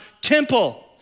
temple